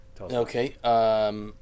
Okay